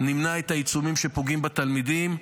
נמנע את העיצומים שפוגעים בתלמידים,